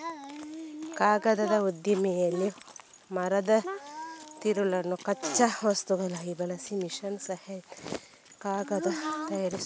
ಕಾಗದದ ಉದ್ದಿಮೆಯಲ್ಲಿ ಮರದ ತಿರುಳನ್ನು ಕಚ್ಚಾ ವಸ್ತುವನ್ನಾಗಿ ಬಳಸಿ ಮೆಷಿನ್ ಸಹಾಯದಿಂದ ಕಾಗದ ತಯಾರಿಸ್ತಾರೆ